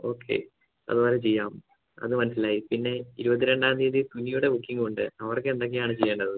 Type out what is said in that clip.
okay അതുപോലെ ചെയ്യാം അത് മനസ്സിലായി പിന്നെ ഇരുപത്തി രണ്ടാം തീയ്യതി മിനിയുടെ ബുക്കിംഗുണ്ട് അവർക്ക് എന്തൊക്കെയാണ് ചെയ്യേണ്ടത്